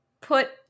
put